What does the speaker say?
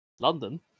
London